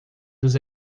dos